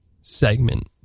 segment